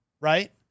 right